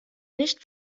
nicht